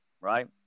right